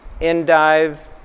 endive